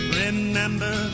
remember